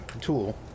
tool